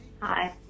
hi